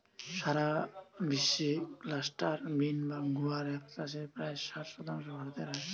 সারা বিশ্বে cluster bean বা গুয়ার এর চাষের প্রায় ষাট শতাংশ ভারতে হয়